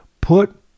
Put